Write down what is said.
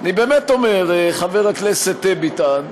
אני באמת אומר, חבר הכנסת ביטן,